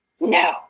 no